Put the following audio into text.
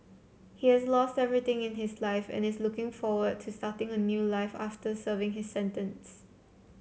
he has lost everything in his life and is looking forward to starting a new life after serving his sentence